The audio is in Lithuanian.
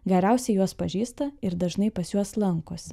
geriausiai juos pažįsta ir dažnai pas juos lankosi